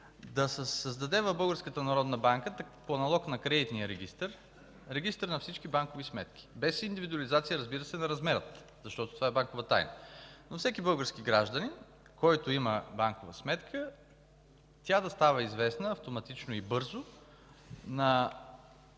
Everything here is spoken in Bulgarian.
народна банка, по аналог на кредитния регистър, регистър на всички банкови сметки. Без индивидуализация, разбира се, на размера, защото това е банкова тайна. На всеки български гражданин, който има банкова сметка, тя да става известна, автоматично и бързо, на